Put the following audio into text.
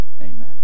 amen